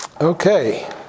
Okay